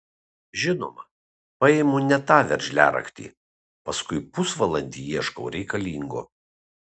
žinoma paimu ne tą veržliaraktį paskui pusvalandį ieškau reikalingo